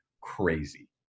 crazy